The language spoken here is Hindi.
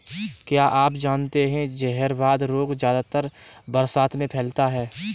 क्या आप जानते है जहरवाद रोग ज्यादातर बरसात में फैलता है?